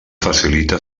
facilita